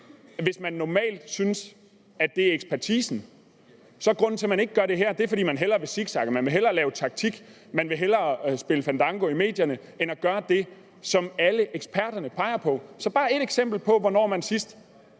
om man normalt synes, det er ekspertisen, der er afgørende. Grunden til, at man ikke gør det her, er, at man hellere vil zigzagge, hellere vil lave taktik, hellere spille fandango i medierne end at gøre det, som alle eksperterne peger på. Så bare ét eksempel på, hvornår man sidst